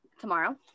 Tomorrow